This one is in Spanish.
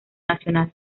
nacional